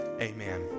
amen